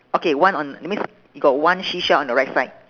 okay one on that means you got one seashell on the right side